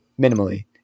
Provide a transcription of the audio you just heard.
minimally